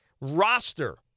roster